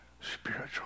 Spiritual